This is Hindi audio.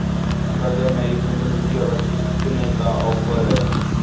बाज़ार में एक किवंटल यूरिया पर कितने का ऑफ़र है?